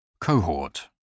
Cohort